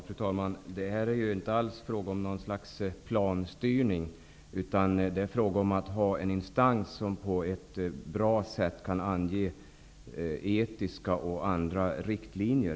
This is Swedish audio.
Fru talman! Det är inte alls fråga om något slags planstyrning utan om att ha en instans som på ett bra sätt kan ange etiska och andra riktlinjer.